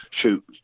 shoot